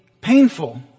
painful